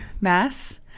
mass